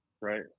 right